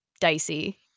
dicey